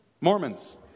Mormons